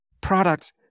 Products